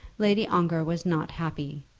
lady ongar was not happy,